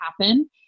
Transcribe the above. happen